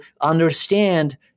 understand